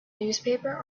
newspaper